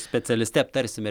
specialiste aptarsime